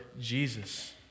Jesus